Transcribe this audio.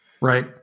right